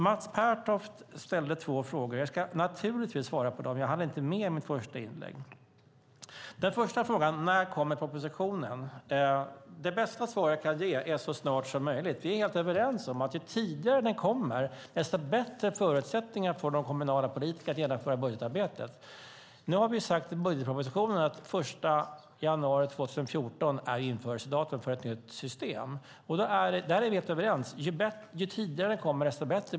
Mats Pertoft ställde två frågor som jag givetvis ska besvara. Jag hann inte det i mitt förra inlägg. Första frågan löd: När kommer propositionen? Det bästa svar jag kan ge är: så snart som möjligt. Vi är helt överens om att ju tidigare den kommer, desto bättre förutsättningar får de kommunala politikerna att genomföra budgetarbetet. I budgetpropositionen har vi sagt att den 1 januari 2014 är införandedatum för ett nytt system. Vi är som sagt helt överens här.